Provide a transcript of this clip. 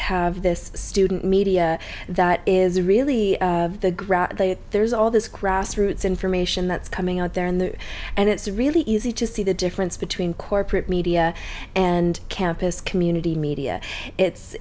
have this student media that is really the ground there's all this grassroots information that's coming out there in the and it's really easy to see the difference between corporate media and campus community media it's